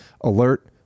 Alert